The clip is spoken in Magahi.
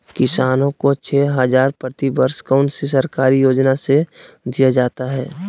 किसानों को छे हज़ार प्रति वर्ष कौन सी सरकारी योजना से दिया जाता है?